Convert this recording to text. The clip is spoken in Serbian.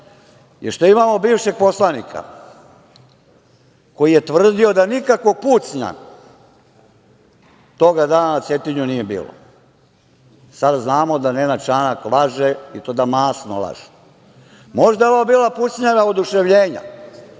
je što imamo bivšeg poslanika koji je tvrdio da nikakvog pucnja toga dana na Cetinju nije bilo. Sada znamo da Nenad Čanak laže, i to da masno laže. Možda je ovo bila pucnjava oduševljenja,